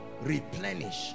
replenish